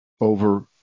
over